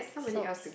sobs